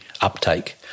uptake